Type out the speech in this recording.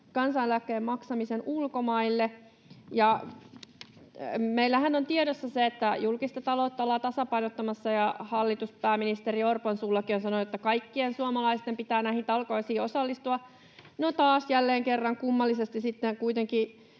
kansaneläkkeen maksamisen ulkomaille. Meillähän on tiedossa se, että julkista taloutta ollaan tasapainottamassa, ja hallitus pääministeri Orpon suullakin on sanonut, että ”kaikkien suomalaisten pitää näihin talkoisiin osallistua”. No, taas jälleen kerran kummallisesti sitten kuitenkin